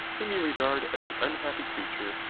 whom you regard as an unhappy creature,